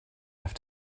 have